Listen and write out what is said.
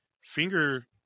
finger